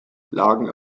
lagen